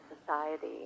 society